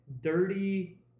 dirty